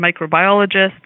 microbiologists